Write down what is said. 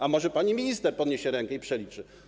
A może pani minister podniesie rękę i przeliczy?